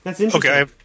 Okay